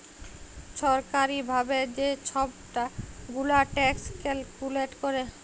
ছরকারি ভাবে যে ছব গুলা ট্যাক্স ক্যালকুলেট ক্যরে